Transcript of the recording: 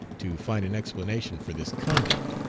to find an explanation for this conduct.